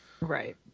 right